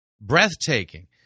breathtaking